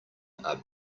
are